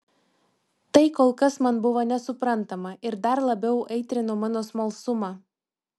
tai kol kas man buvo nesuprantama ir dar labiau aitrino mano smalsumą